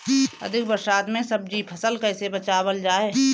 अधिक बरसात में सब्जी के फसल कैसे बचावल जाय?